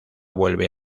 vuelve